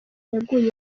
yaguye